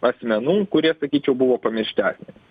asmenų kurie sakyčiau buvo pamiršti asmenys